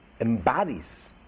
embodies